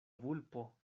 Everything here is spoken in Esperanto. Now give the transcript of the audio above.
vulpo